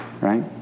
right